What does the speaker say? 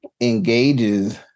engages